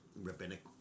rabbinic